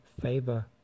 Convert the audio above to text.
favor